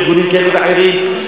ארגונים כאלה ואחרים,